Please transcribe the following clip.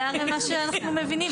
זה הרי מה שאנחנו מבינים.